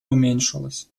уменьшилось